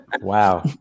Wow